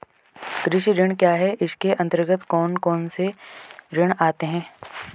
कृषि ऋण क्या है इसके अन्तर्गत कौन कौनसे ऋण आते हैं?